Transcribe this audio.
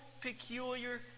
peculiar